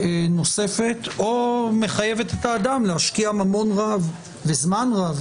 נוספת או מחייבת את האדם להשקיע ממון רב וזמן רב